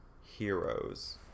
heroes